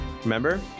remember